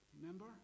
remember